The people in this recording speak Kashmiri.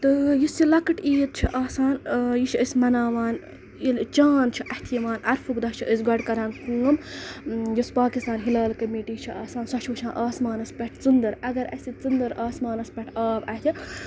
تہٕ یُس یہِ لۄکٕٹ عیٖد چھِ آسان یہِ چھِ أسۍ مَناوان ییٚلہِ چانٛد چھِ اَتھِ یِوان عرفُک دۄہ چھِ أسۍ گۄڈٕ کَران کٲم یُس پاکِستان ہِلال کٔمِٹی چھِ آسان سۄ چھِ وٕچھان آسمانَس پٮ۪ٹھ ژٔندٕر اگر اَسہِ ژٔندٕر آسمانَس پٮ۪ٹھ آو اَتھِ